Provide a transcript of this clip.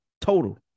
Total